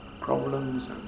problems